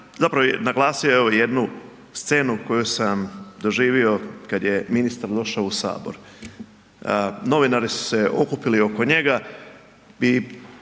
zapravo naglasio, evo jednu scenu koju sam doživio kad je ministar došao u sabor. Novinari su se okupili oko njega